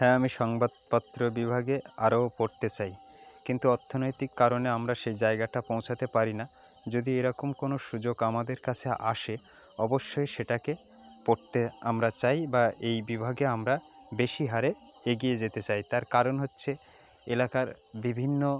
হ্যাঁ আমি সংবাদপত্র বিভাগে আরও পড়তে চাই কিন্তু অর্থনৈতিক কারণে আমরা সেই জায়গাটা পৌঁছাতে পারি না যদি এরকম কোনো সুযোগ আমাদের কাছে আসে অবশ্যই সেটাকে পড়তে আমরা চাই বা এই বিভাগে আমরা বেশি হারে এগিয়ে যেতে চাই তার কারণ হচ্ছে এলাকার বিভিন্ন